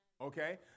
Okay